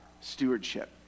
stewardship